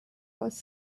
was